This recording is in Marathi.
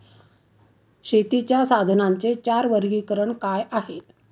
शेतीच्या साधनांचे चार वर्गीकरण काय आहे?